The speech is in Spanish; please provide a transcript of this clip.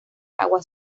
agua